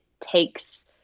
takes